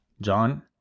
John